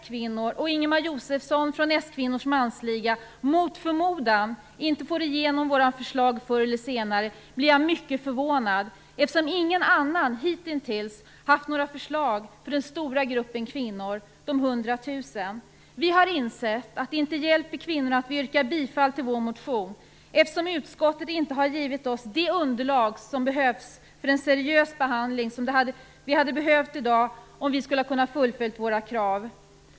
kvinnors Mansliga inte får igenom våra förslag förr eller senare blir jag mycket förvånad, eftersom ingen annan hitintills haft några förslag för den stora gruppen kvinnor, de 100 000. Vi har insett att det inte hjälper kvinnorna att vi yrkar bifall till vår motion, eftersom utskottet inte har givit oss det underlag som behövs för en seriös behandling, något vi hade behövt ha i dag för att kunna fullfölja våra krav.